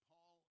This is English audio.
Paul